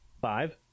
Five